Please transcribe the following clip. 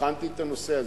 בחנתי את הנושא הזה.